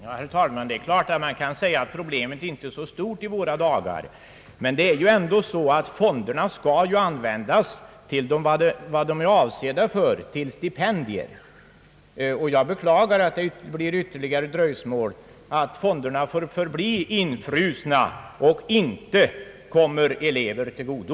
Herr talman! Det är klart att man kan säga att problemet inte är så stort i våra dagar. Men det är ju ändå så att fonderna skall användas till vad de är avsedda för, stipendier. Jag beklagar att det blir ytterligare dröjsmål och att fonderna får förbli infrusna och inte kommer elever till godo.